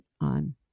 on